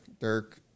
Dirk